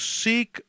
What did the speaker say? seek